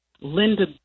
Linda